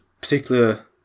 particular